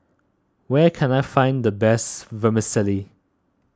where can I find the best Vermicelli